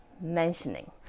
mentioning